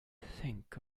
think